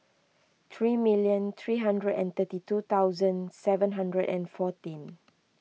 three million three hundred and thirty two thousand seven hundred and fourteen